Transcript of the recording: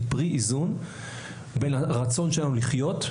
היא פרי איזון בין הרצון שלנו לחיות,